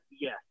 Yes